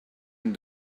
and